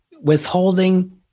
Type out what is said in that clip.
withholding